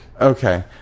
Okay